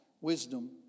wisdom